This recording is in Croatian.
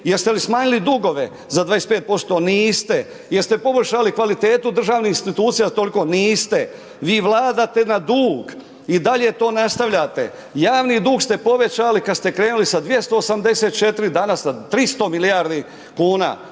Jeste li smanjili dugove za 25%? Niste. Jeste poboljšali kvalitetu državnih institucija toliko? Niste. Vi vladate na dug, i dalje to nastavljate. Javni dug ste povećali kad ste krenuli sa 284, danas sa 300 milijardi kuna.